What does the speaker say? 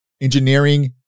engineering